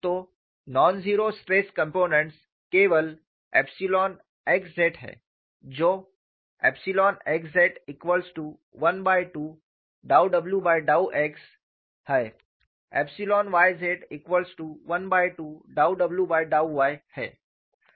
तो non zero stress components केवल xz हैं जो xz12 ∂w ∂x yz12 ∂w ∂y है